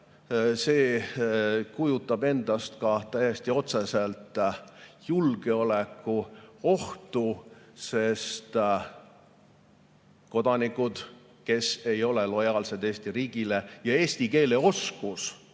see kujutab endast ka täiesti otseselt julgeolekuohtu, sest kui kodanikud, kes ei ole lojaalsed Eesti riigile – eesti keele oskus